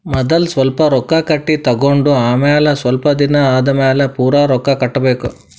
ಮದಲ್ ಸ್ವಲ್ಪ್ ರೊಕ್ಕಾ ಕಟ್ಟಿ ತಗೊಂಡ್ ಆಮ್ಯಾಲ ಸ್ವಲ್ಪ್ ದಿನಾ ಆದಮ್ಯಾಲ್ ಪೂರಾ ರೊಕ್ಕಾ ಕಟ್ಟಬೇಕ್